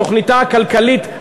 תוכניתה הכלכלית,